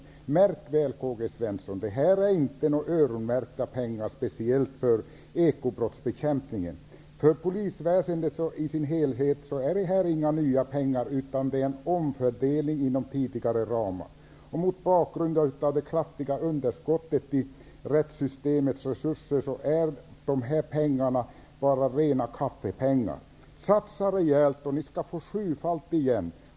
Men märk väl, K-G Svenson, att detta inte är några öronmärkta pengar speciellt för ekobrottsbekämpningen. För polisväsendet i sin helhet är detta inte några nya pengar, utan det rör sig om en omfördelning inom tidigare ramar. Mot bakgrund av det kraftiga underskottet i rättssystemets resurser är dessa pengar bara kaffepengar. Satsa rejält, och ni skall få sjufalt igen!